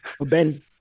Ben